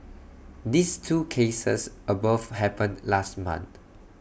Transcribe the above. these two cases above happened last month